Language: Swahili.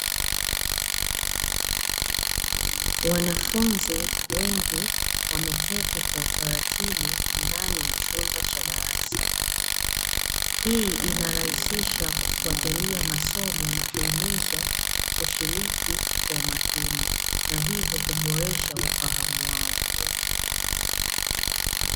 Wanafunzi wengi wameketi kwa utaratibu ndani ya chumba cha darasa, hii inarahisisha kufuatilia masomo na kuhimizwa kushiriki kwa umakini na hivyo kuboresha ufahamu wao.